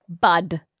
Bud